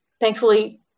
thankfully